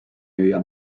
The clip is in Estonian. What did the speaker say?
müüa